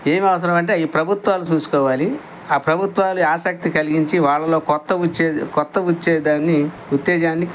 ఏమి అవసరము అంటే ఈ ప్రభుత్వాలు చూసుకోవాలి ఆ ప్రభుత్వాలు ఆసక్తి కలిగించి వాళ్ళలో కొత్త కొత్త ఉత్తేజాన్ని